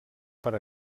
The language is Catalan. per